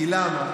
כי למה?